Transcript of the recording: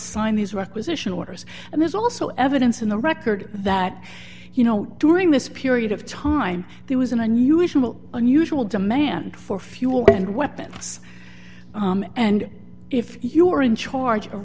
sign these requisition orders and there's also evidence in the record that you know during this period of time there was an unusual unusual demand for fuel and weapons and if you were in charge of